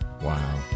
Wow